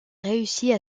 réussit